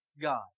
God